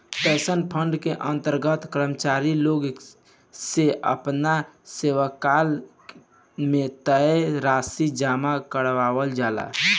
pension fund के अंतर्गत कर्मचारी लोग से आपना सेवाकाल में तय राशि जामा करावल जाला